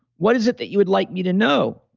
what is it that you would like me to know?